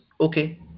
Okay